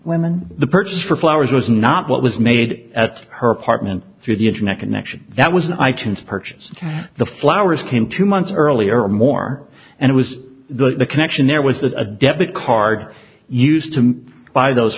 women the purchase for flowers was not what was made at her apartment through the internet connection that was itunes purchased the flowers came two months earlier or more and it was the connection there was a debit card used to buy those